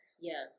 Yes